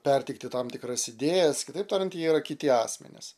perteikti tam tikras idėjas kitaip tariant jie yra kiti asmenys